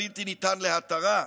הבלתי-ניתן להתרה,